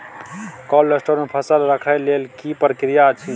Cold store मे फसल रखय लेल की प्रक्रिया अछि?